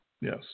Yes